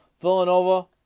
Villanova